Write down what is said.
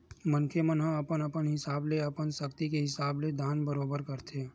मनखे मन ह अपन अपन हिसाब ले अपन सक्ति के हिसाब ले दान बरोबर करथे